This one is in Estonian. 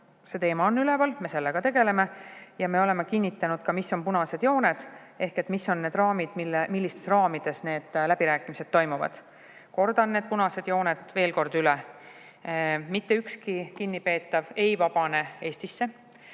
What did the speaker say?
see teema on üleval, me sellega tegeleme. Me oleme kinnitanud ka, mis on punased jooned ehk mis on need raamid, millistes raamides need läbirääkimised toimuvad. Kordan need punased jooned veel kord üle. Mitte ükski kinnipeetav ei vabane Eestisse.